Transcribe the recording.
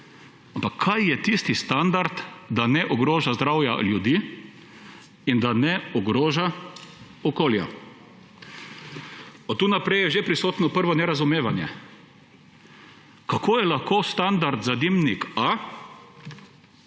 ampak kaj je tisti standard, da ne ogroža zdravja ljudi in da ne ogroža okolja. Od tu naprej je že prisotno prvo nerazumevanje. Kako je lahko standard za dimnik A